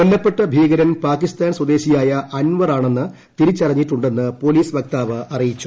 കൊല്ലപ്പെട്ട ഭീകരൻ പാകിസ്ഥാൻ സ്വദേശിയായ അൻവറാണെന്ന് തിരിച്ചറിഞ്ഞിട്ടുണ്ടെന്ന് എന്ന് പോലീസ് വൃക്താവ് അറിയിച്ചു